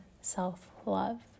self-love